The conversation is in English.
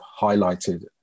highlighted